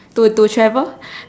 to to travel